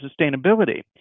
sustainability